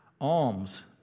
alms